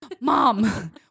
Mom